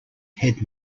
head